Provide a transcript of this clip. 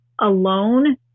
alone